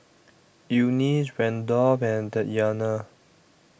Eunice Randolf and Tatyana